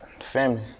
family